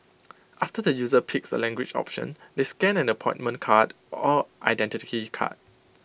after the user picks A language option they scan an appointment card or Identity Card